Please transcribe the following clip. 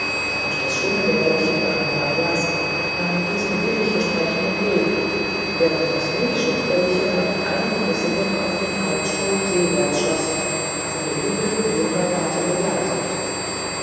und das schwimmende lämpchen mahamayas nahm diesen wenig versprechenden weg während das milchschwesterliche nach einigem besinnen auf dem hauptstrom seewärts schoß von der jubelnden nimbavati begleitet